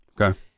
okay